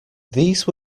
these